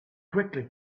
quickly